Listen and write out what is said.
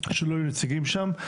שלא יהיו נציגים שם.